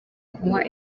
kunywa